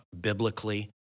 biblically